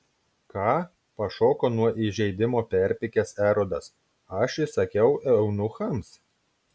ką pašoko nuo įžeidimo perpykęs erodas aš įsakiau eunuchams